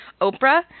Oprah